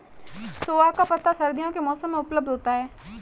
सोआ का पत्ता सर्दियों के मौसम में उपलब्ध होता है